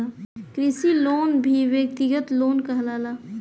कृषि लोन भी व्यक्तिगत लोन कहाला